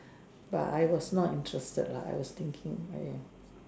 but I was not interested it I was thinking again